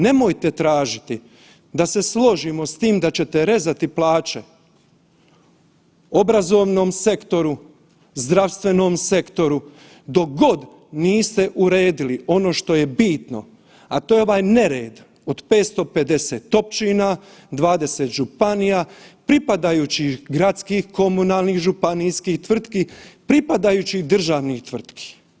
Nemojte tražiti da se složimo s tim da ćete rezati plaće obrazovnom sektoru, zdravstvenom sektoru dok god niste uredili ono što je bitno, a to je ovaj nered od 550 općina, 20 županija, pripadajući gradskih komunalnih županijskih tvrtki, pripadajućih državnih tvrtki.